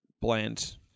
bland